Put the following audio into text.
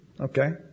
Okay